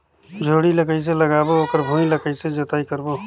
जोणी ला कइसे लगाबो ओकर भुईं ला कइसे जोताई करबो?